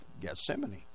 Gethsemane